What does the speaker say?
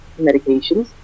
medications